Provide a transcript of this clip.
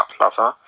lover